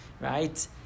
right